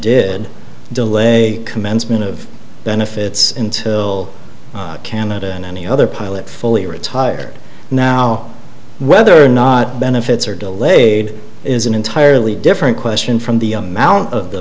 did delay commencement of benefits until canada and any other pilot fully retired now whether benefits are delayed is an entirely different question from the amount of the